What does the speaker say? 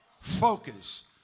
Focus